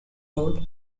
road